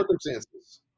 circumstances